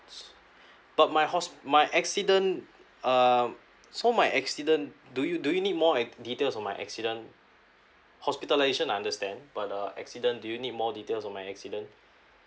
s~ but my hos~ my accident um so my accident do you do you need more details of my accident hospitalisation I understand but uh accident do you need more details on my accident